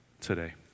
today